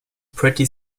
pretty